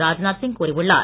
ராஜ்நாத் சிங் கூறியுள்ளார்